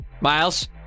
Miles